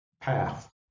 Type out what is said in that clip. path